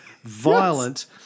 violent